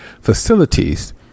facilities